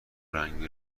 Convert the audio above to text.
رنگ